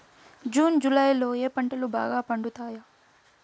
June July లో ఏ పంటలు బాగా పండుతాయా?